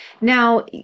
Now